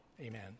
Amen